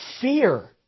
fear